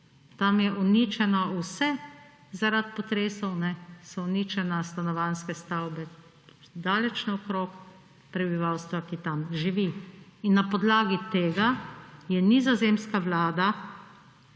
Tam je uničeno vse zaradi potresov, so uničene stanovanjske stavbe daleč naokrog prebivalstva, ki tam živi. Na podlagi tega je nizozemska vlada